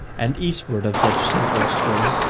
and eastward of such central stir,